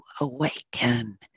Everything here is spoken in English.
awaken